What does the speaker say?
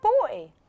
boy